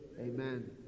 amen